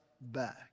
back